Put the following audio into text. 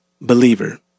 believer